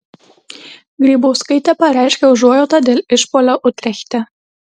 grybauskaitė pareiškė užuojautą dėl išpuolio utrechte